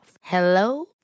Hello